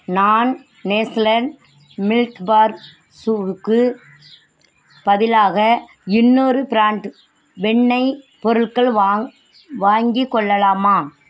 நான் Nestle Milkybar சூவுக்கு பதிலாக இன்னோரு பிராண்ட் வெண்ணெய் பொருட்கள் வாங் வாங்கிக் கொள்ளலாமா